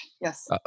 yes